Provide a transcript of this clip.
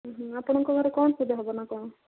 ଉଁ ହୁଁ ଆପଣଙ୍କ ଘରେ କ'ଣ ପୂଜା ହେବ ନା କ'ଣ